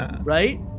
Right